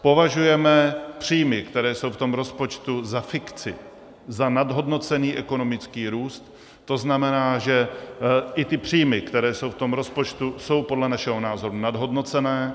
Považujeme příjmy, které jsou v rozpočtu, za fikci, za nadhodnocený ekonomický růst, to znamená, že i ty příjmy, které jsou v tom rozpočtu, jsou podle našeho názoru nadhodnocené.